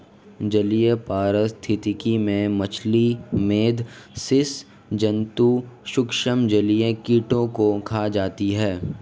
जलीय पारिस्थितिकी में मछली, मेधल स्सि जन्तु सूक्ष्म जलीय कीटों को खा जाते हैं